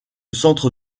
centre